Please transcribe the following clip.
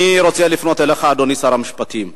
אני רוצה לפנות אליך, אדוני שר המשפטים: